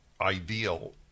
ideal